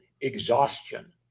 exhaustion